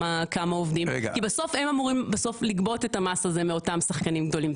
כי הם אמורים בסוף לגבות את המס הזה מאותם שחקנים גדולים?